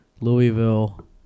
Louisville